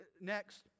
Next